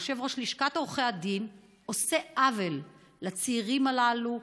יושב-ראש לשכת עורכי הדין עושה עוול לצעירים הללו,